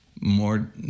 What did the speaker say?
more